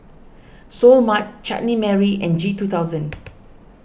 Seoul Mart Chutney Mary and G two thousand